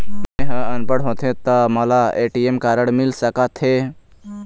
मैं ह अनपढ़ होथे ता मोला ए.टी.एम कारड मिल सका थे?